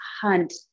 hunt